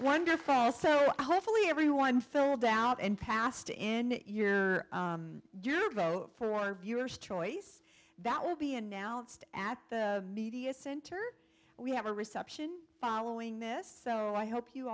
wonderful also hopefully everyone filled out and passed in your your vote for our viewers choice that will be announced at the media center we have a reception following this so i hope you